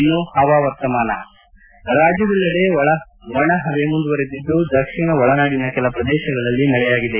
ಇನ್ನು ಹವಾಮಾನ ರಾಜ್ಯದೆಲ್ಲೆಡೆ ಒಣ ಹವೆ ಮುಂದುವರೆದಿದ್ದು ದಕ್ಷಿಣ ಒಳನಾಡಿನ ಕೆಲಪ್ರದೇಶಗಳಲ್ಲಿ ಮಳೆಯಾಗಿದೆ